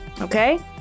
Okay